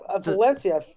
Valencia –